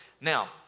Now